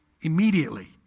Immediately